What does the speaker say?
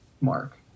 mark